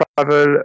travel